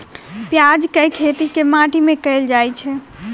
प्याज केँ खेती केँ माटि मे कैल जाएँ छैय?